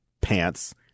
pants